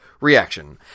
reaction